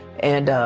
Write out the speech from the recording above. and